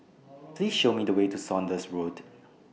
Please Show Me The Way to Saunders Road